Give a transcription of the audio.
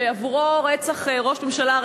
שעבורו רצח ראש ממשלה,